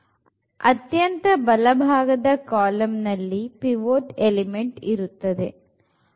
ಆಗ ಅತ್ಯಂತ ಬಲಭಾಗದ ಕಾಲಂನಲ್ಲಿ ಪಿವೊಟ್ ಎಲಿಮೆಂಟ್ ಇರುತ್ತದೆ